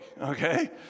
okay